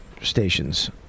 Stations